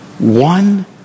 One